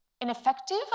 ineffective